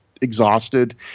exhausted